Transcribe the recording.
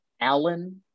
Allen